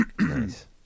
Nice